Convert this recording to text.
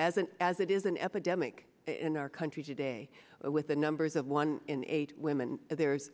as an as it is an epidemic in our country today with the numbers of one in eight women there's